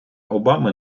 обами